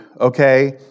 okay